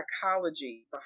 psychology